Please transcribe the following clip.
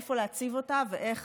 איפה להציב אותה ואיך